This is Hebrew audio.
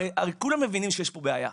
הרי כולם מבינים שיש פה בעיה.